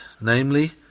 namely